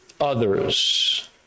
others